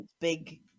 Big